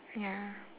ya